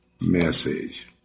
message